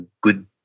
good